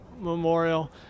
Memorial